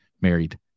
married